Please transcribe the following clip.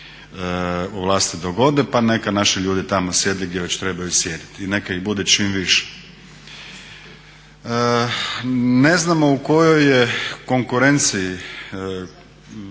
u vlasti dogode, pa neka naši ljudi tamo sjede gdje već trebaju sjediti i neka ih bude čim više. Ne znamo u kojoj je konkurenciji